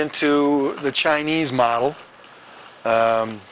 into the chinese model